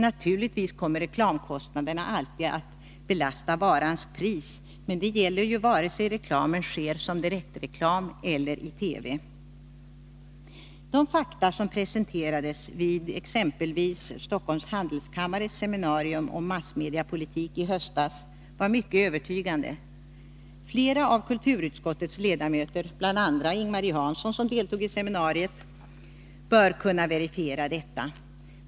Naturligtvis kommer reklamkostnaderna alltid att belasta varans pris, men det gäller ju vare sig reklamen förmedlas som direktreklam eller i TV. De fakta som presenterades vid exempelvis Stockholms handelskammares seminarium om massmediepolitik i höstas var mycket övertygande. Flera av kulturutskottets ledamöter, bl.a. Ing-Marie Hansson, som deltog i seminariet, bör kunna verifiera detta.